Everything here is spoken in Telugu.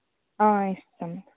ఇస్తాను